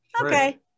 Okay